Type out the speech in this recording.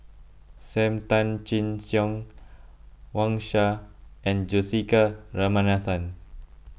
Sam Tan Chin Siong Wang Sha and Juthika Ramanathan